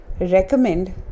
recommend